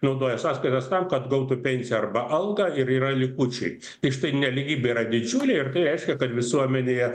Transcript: naudoja sąskaitas tam kad gautų pensiją arba algą ir yra likučiai iš tai nelygybė yra didžiulė ir tai reiškia kad visuomenėje